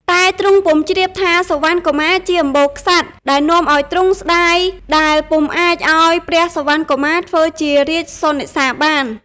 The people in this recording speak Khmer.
តែទ្រង់ពុំជ្រាបថាសុវណ្ណកុមារជាអម្បូរក្សត្រ ដែលនាំឱ្យទ្រង់ស្តាយ ដែលពុំអាចឱ្យព្រះសុវណ្ណកុមារធ្វើជារាជសុណិសាបាន។